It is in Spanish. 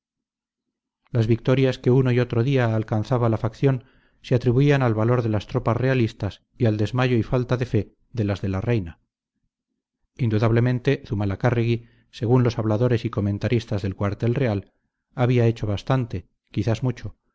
las victorias que uno y otro día alcanzaba la facción se atribuían al valor de las tropas realistas y al desmayo y falta de fe de las de la reina indudablemente zumalacárregui según los habladores y comentaristas del cuartel real había hecho bastante quizás mucho